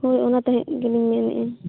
ᱦᱳᱭ ᱚᱱᱟ ᱛᱟᱦᱮᱸᱫ ᱜᱮᱞᱤᱧ ᱢᱮᱱᱮᱫᱼᱟ